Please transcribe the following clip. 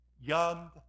Young